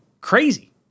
Crazy